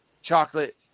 Chocolate